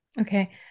Okay